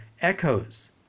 echoes